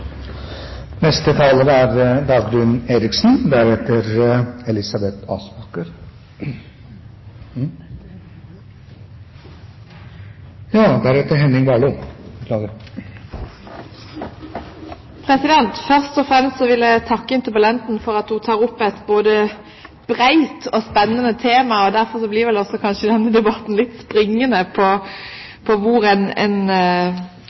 Først og fremst vil jeg takke interpellanten for at hun tar opp et både bredt og spennende tema. Derfor blir også denne debatten litt springende med hensyn til hvor en